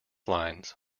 lines